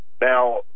now